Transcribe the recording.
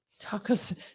Tacos